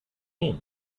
mean